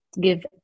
give